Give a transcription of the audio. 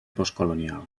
postcolonial